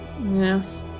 Yes